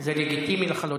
זה לגיטימי לחלוטין.